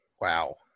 Wow